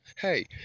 Hey